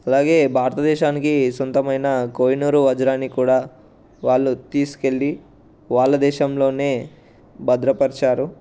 అలాగే భారతదేశానికి సొంతమైన కోహినూరు వజ్రాన్ని కూడా వాళ్ళు తీసుకెళ్లి వాళ్ళ దేశంలోనే భద్రపరిచారు